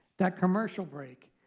that commercial break,